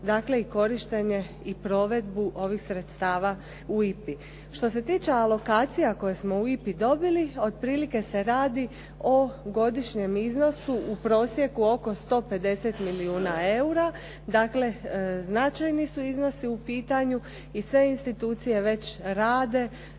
rad i korištenje i provedbu ovih sredstava u IPA-i. Što se tiče alokacija koje smo u IPA-i dobili otprilike se radi o godišnjem iznosu u prosjeku oko 150 milijuna eura, dakle značajni su iznosu u pitanju i sve institucije već rade